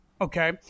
okay